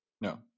No